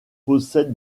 possède